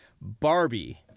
Barbie